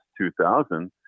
2000